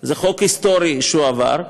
זה חוק היסטורי שהועבר.